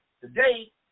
Today